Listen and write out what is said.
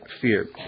fear